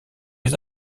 les